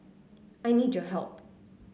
I need your help